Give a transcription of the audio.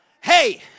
Hey